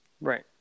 Right